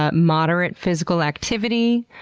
ah moderate physical activity,